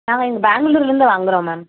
நாங்கள் இங்கே பேங்க்ளுர்லிருந்து வாங்குறோம் மேம்